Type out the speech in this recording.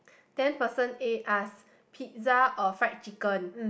then person A ask pizza or fried chicken